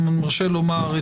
אם יורשה לומר,